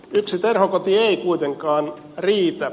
yksi terhokoti ei kuitenkaan riitä